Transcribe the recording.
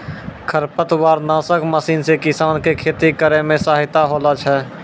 खरपतवार नासक मशीन से किसान के खेती करै मे सहायता होलै छै